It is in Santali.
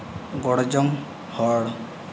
ᱜᱚᱲᱚ ᱡᱚᱝ ᱦᱚᱲ